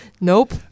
nope